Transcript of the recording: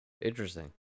Interesting